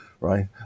right